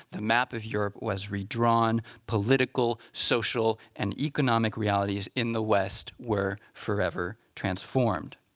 the map of europe was redrawn, political, social, and economic realities in the west were forever transformed.